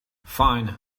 fine